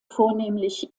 vornehmlich